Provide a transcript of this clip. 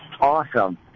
awesome